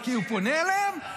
אתה כאילו פונה אליהם,